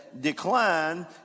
decline